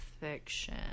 fiction